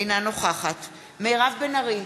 אינה נוכחת מירב בן ארי,